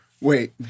Wait